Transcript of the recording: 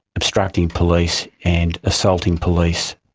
obstructing police and assaulting police,